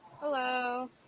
Hello